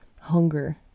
hunger